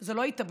זה לא התאבדות,